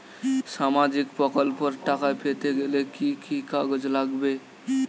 সামাজিক প্রকল্পর টাকা পেতে গেলে কি কি কাগজ লাগবে?